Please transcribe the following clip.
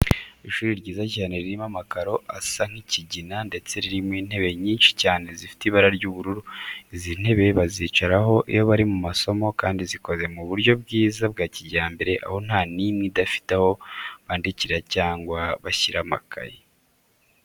Ishuri ryiza cyane ririmo amakaro asa nk'ikigina ndetse ririmo intebe nyinshi cyane zifite ibara ry'ubururu, izi ntebe bazicaraho iyo bari mu masomo kandi zikoze mu buryo bwiza bwa kijyambere aho nta n'imwe idafite aho bandikira cyangwa bashyira amakayi.